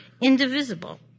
indivisible